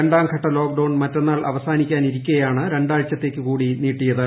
രണ്ടാം ഘട്ട ലോക്ഡൌൺ മറ്റെന്നാൾ അവസാനിക്കാനിരിക്കെയാണ് രണ്ടാഴ്ചത്തേയ്ക്കു കൂടി നീട്ടിയത്